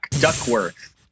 Duckworth